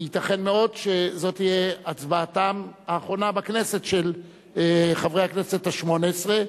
ייתכן מאוד שזו תהיה הצבעתם האחרונה בכנסת של חברי הכנסת השמונה-עשרה,